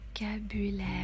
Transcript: vocabulaire